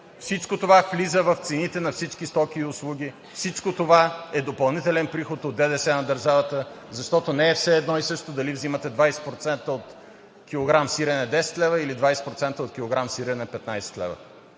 всичко това влиза в цените на всички стоки и услуги, всичко това е допълнителен приход на държавата от ДДС, защото не е все едно и също дали взимате 20% от килограм сирене от 10 лв., или 20% от килограм сирене от 15 лв.